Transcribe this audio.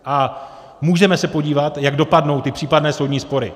A můžeme se podívat, jak dopadnou případné soudní spory.